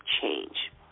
change